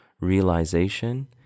realization